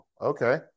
Okay